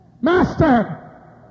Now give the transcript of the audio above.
Master